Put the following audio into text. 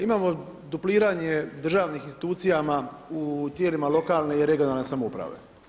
Imamo dupliranje državnih institucija u tijelima lokalne i regionalne samouprave.